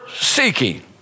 seeking